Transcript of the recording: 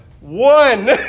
One